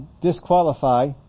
disqualify